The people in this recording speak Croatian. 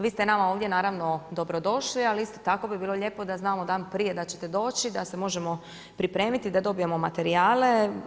Vi ste nama ovdje naravno dobro došli, ali isto tako bi bilo lijepo da znamo dan prije da ćete doći, da se možemo pripremiti, da dobijemo materijale.